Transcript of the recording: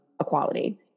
equality